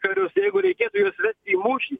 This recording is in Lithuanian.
karius jeigu reikėtų juos vesti į mūšį